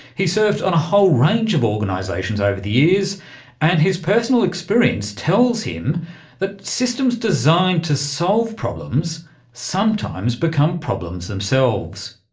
he's served on a whole range of organisations over the years and his personal experience tells him that systems designed to solve problems sometimes become problems themselves.